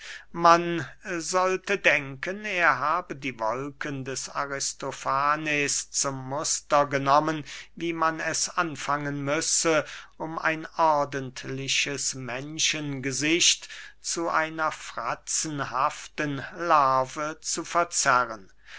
man sollte denken er habe die wolken des aristofanes zum muster genommen wie man es anfangen müsse um ein ordentliches menschengesicht zu einer fratzenhaften larve zu verzerren